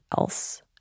else